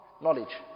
knowledge